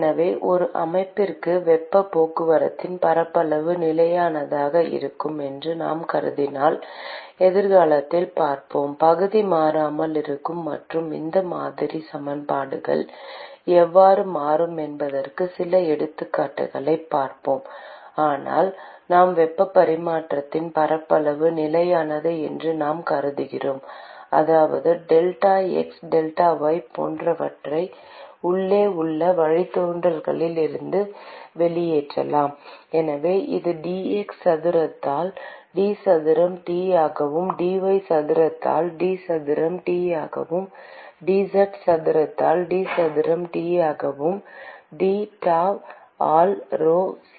எனவே ஒரு அமைப்பிற்கு வெப்பப் போக்குவரத்தின் பரப்பளவு நிலையானதாக இருக்கும் என்று நாம் கருதினால் எதிர்காலத்தில் பார்ப்போம் பகுதி மாறாமல் இருக்கும் மற்றும் இந்த மாதிரி சமன்பாடுகள் எவ்வாறு மாறும் என்பதற்கு சில எடுத்துக்காட்டுகளைப் பார்ப்போம் ஆனால் நாம் வெப்ப பரிமாற்றத்தின் பரப்பளவு நிலையானது என்று நாம் கருதுகிறோம் அதாவது டெல்டா x டெல்டா y போன்றவற்றை உள்ளே உள்ள வழித்தோன்றல்களில் இருந்து வெளியேற்றலாம் எனவே இது d x சதுரத்தால் d சதுரம் T ஆகவும் dy சதுரத்தால் d சதுரம் T ஆகவும் dz சதுரத்தால் d சதுரம் T ஆகவும் dTau ஆல் rhoCp